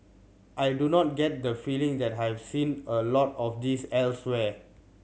I do not get the feeling that I have seen a lot of this elsewhere